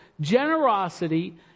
generosity